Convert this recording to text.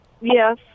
Yes